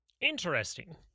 Interesting